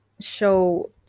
show